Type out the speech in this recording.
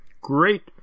great